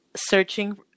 searching